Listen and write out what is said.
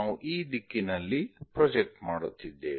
ನಾವು ಈ ದಿಕ್ಕಿನಲ್ಲಿ ಪ್ರೊಜೆಕ್ಟ್ ಮಾಡುತ್ತಿದ್ದೇವೆ